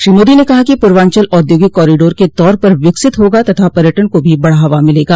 श्री मोदी न कहा कि पूर्वांचल औद्योगिक कॉरिडोर के तौर पर विकसित होगा तथा पर्यटन को भी बढ़ावा मिलेगा